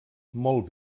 molt